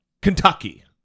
Kentucky